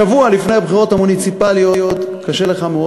שבוע לפני הבחירות המוניציפליות קשה לך מאוד